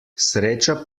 sreča